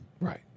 Right